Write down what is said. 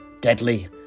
deadly